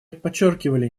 подчеркивали